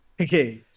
Okay